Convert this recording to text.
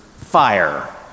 fire